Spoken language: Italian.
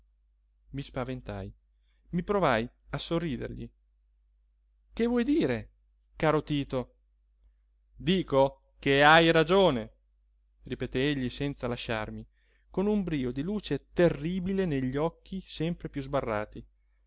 io i spaventai mi provai a sorridergli che vuoi dire caro tito dico che hai ragione ripeté egli senza lasciarmi con un brio di luce terribile negli occhi sempre piú sbarrati